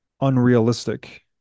unrealistic